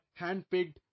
handpicked